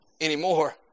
anymore